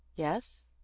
yes?